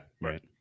right